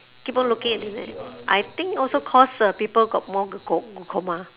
keep on looking at it I think also cause uh people got more glaucoma